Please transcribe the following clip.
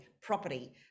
property